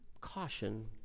caution